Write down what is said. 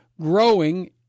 growing